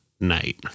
night